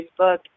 Facebook